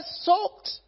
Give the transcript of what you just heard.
soaked